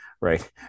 right